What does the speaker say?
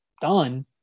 done